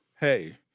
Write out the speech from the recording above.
Hey